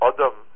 Adam